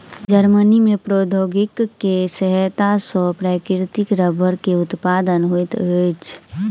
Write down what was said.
Germany में प्रौद्योगिकी के सहायता सॅ प्राकृतिक रबड़ के उत्पादन होइत अछि